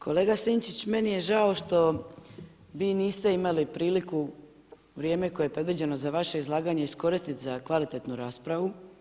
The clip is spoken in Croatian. Kolega Sinčić, meni je žao što vi niste imali priliku vrijeme koje je predviđeno za vaše izlaganje iskoristiti za kvalitetnu raspravu.